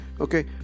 okay